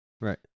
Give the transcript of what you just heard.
Right